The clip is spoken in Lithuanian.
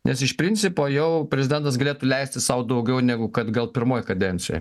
nes iš principo jau prezidentas galėtų leisti sau daugiau negu kad gal pirmoj kadencijoj